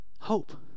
Hope